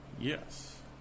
Yes